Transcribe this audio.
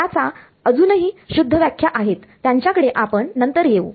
त्याच्या अजूनही शुद्ध व्याख्या आहेत त्यांच्याकडे आपण नंतर येऊ